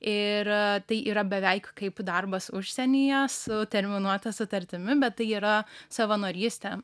ir tai yra beveik kaip darbas užsienyje su terminuota sutartimi bet tai yra savanorystė